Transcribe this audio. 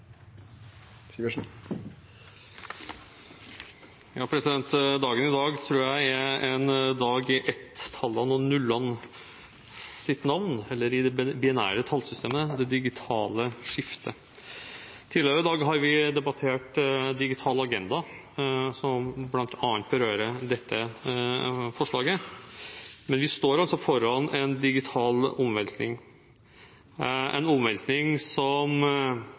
en dag i 1-tallets og 0-ets navn, eller i det binære tallsystemets og det digitale skiftets navn. Tidligere i dag har vi debattert digital agenda, som bl.a. berører dette forslaget. Vi står foran en digital omveltning, en omveltning som jeg fortsatt tror at vi ikke helt har tatt inn over oss hva faktisk betyr. Det har preget mange av innleggene som